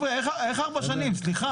נפתלי?